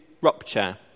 rupture